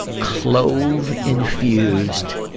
clove-infused,